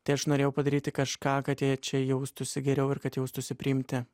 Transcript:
tai aš norėjau padaryti kažką kad jie čia jaustųsi geriau ir kad jaustųsi priimti